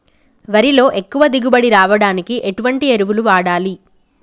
వరిలో ఎక్కువ దిగుబడి రావడానికి ఎటువంటి ఎరువులు వాడాలి?